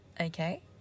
Okay